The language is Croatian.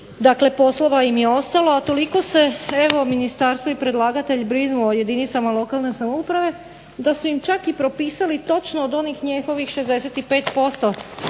Dakle, poslova im je ostalo, a toliko se evo ministarstvo i predlagatelj brinu o jedinicama lokalne samouprave da su im čak i propisali točno od onih njihovih 65%